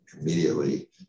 immediately